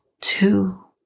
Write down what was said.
two